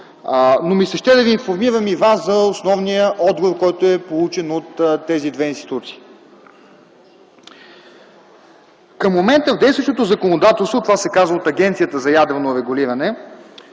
но ми се ще да ви информират и вас за основния отговор, който е получен от тези две институции. Към момента в действащото законодателство, това се казва от Агенцията за ядрено регулиране,